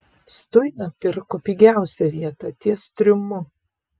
stuina pirko pigiausią vietą ties triumu